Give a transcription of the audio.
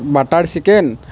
butter chicken